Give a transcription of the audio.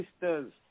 sisters